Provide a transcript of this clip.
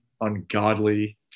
ungodly